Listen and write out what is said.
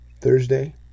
Thursday